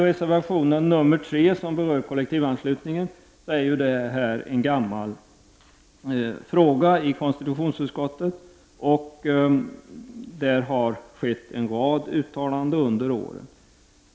Reservation nr 3 berör kollektivanslutningen, som ju är en gammal fråga i konstitutionsutskottet. Där har gjorts en rad uttalanden under åren.